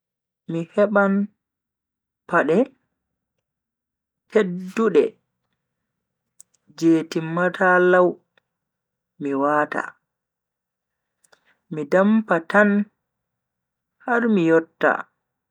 Mi heban pade teddude je timmata lau mi wata, mi dampa tan har mi yotta.